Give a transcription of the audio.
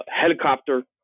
helicopter